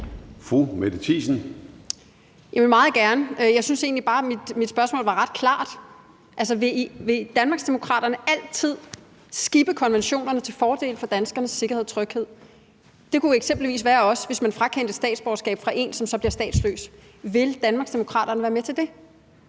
Mette Thiesen (DF): Meget gerne. Jeg synes egentlig bare, mit spørgsmål var ret klart, altså om Danmarksdemokraterne altid vil skippe konventionerne til fordel for danskernes sikkerhed og tryghed. Det kunne eksempelvis også være, hvis man frakendte statsborgerskabet fra en, som så bliver statsløs. Vil Danmarksdemokraterne være med til det?